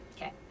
Okay